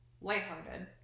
Lighthearted